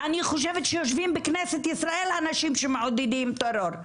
אני חושבת שיושבים בכנסת ישראל אנשים שמעודדים טרור,